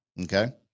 Okay